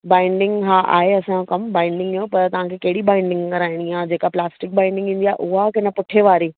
binding हा आहे असांजो कमु बाइंडिंग जो पर तव्हांखे कहिड़ी बाइंडिंग कराइणी आहे जेका प्लास्टिक बाइंडिंग ईंदी आहे उहा की न पुठे वारी